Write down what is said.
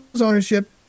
ownership